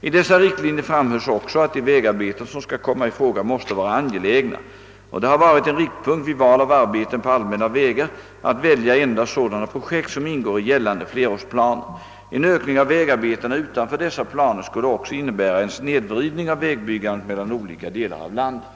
I dessa riktlinjer framhölls också att de vägarbeten som skall komma i fråga måste vara angelägna, och det har varit en riktpunkt vid val av arbeten på allmänna vägar att välja endast sådana projekt som ingår i gällande flerårsplaner. En ökning av vägarbetena utanför dessa planer skulle också innebära en snedvridning av vägbyggandet mellan olika delar av landet.